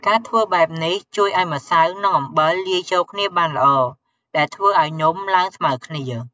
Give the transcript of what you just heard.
ការធ្វើបែបនេះជួយឱ្យម្សៅ និងអំបិលលាយចូលគ្នាបានល្អ ដែលធ្វើឱ្យនំឡើងស្មើគ្នា។